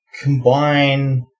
combine